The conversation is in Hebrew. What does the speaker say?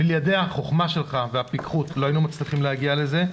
בלעדי החכמה שלך והפיקחות לא היינו מצליחים להגיע לזה.